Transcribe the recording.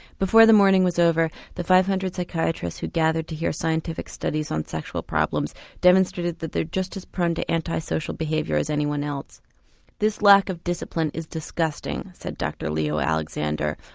before the morning was over the five hundred psychiatrists who gathered to hear scientific studies on sexual problems demonstrated that they were just as prone to anti-social behaviour as anyone else this lack of discipline is disgusting, said dr leo alexander,